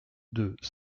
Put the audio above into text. deux